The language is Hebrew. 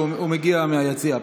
הוא מגיע מהיציע.